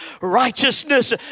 righteousness